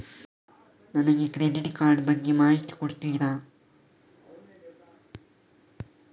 ನನಗೆ credit card ಬಗ್ಗೆ ಮಾಹಿತಿ ಕೊಡುತ್ತೀರಾ?